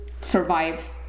survive